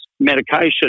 Medication